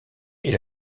est